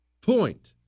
Point